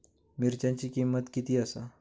मिरच्यांची किंमत किती आसा?